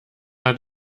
hat